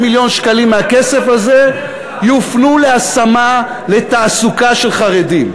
200 מיליון שקלים מהכסף הזה יופנו להשמה לתעסוקה של חרדים.